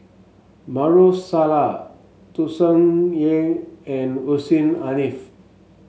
Maarof Salleh Tsung Yeh and Hussein Haniff